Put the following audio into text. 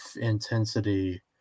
intensity